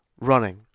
running